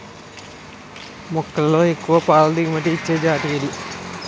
మేకలలో ఎక్కువ పాల దిగుమతి ఇచ్చే జతి ఏది?